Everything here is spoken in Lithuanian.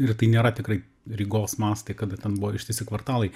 ir tai nėra tikrai rygos mastai kada ten buvo ištisi kvartalai